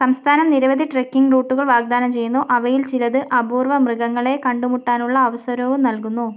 സംസ്ഥാനം നിരവധി ട്രെക്കിംഗ് റൂട്ടുകൾ വാഗ്ദാനം ചെയ്യുന്നു അവയിൽ ചിലത് അപൂർവ മൃഗങ്ങളെ കണ്ടുമുട്ടാനുള്ള അവസരവും നൽകുന്നു